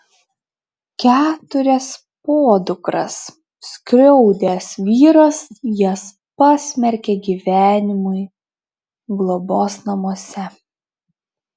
keturias podukras skriaudęs vyras jas pasmerkė gyvenimui globos namuose